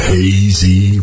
Hazy